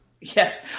Yes